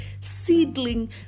seedling